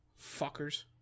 fuckers